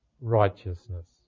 righteousness